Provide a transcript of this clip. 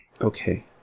Okay